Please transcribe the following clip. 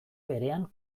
berean